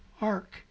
ark